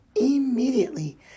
immediately